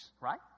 right